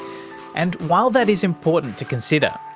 and while that is important to consider,